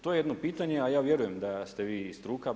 To je jedno pitanje, a ja vjerujem da ste vi struka.